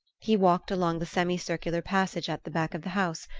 he walked along the semi-circular passage at the back of the house,